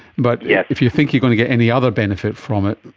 but yeah if you think you going to get any other benefit from it,